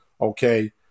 okay